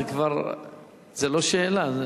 זו כבר לא שאלה.